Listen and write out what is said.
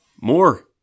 more